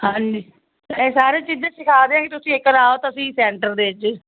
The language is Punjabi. ਹਾਂਜੀ ਇਹ ਸਾਰੀਆਂ ਚੀਜ਼ਾਂ ਸਿਖਾ ਦਵਾਂਗੇ ਤੁਸੀਂ ਇੱਕ ਵਾਰ ਆਓ ਤਾਂ ਸਹੀ ਸੈਂਟਰ ਦੇ ਵਿੱਚ